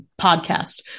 podcast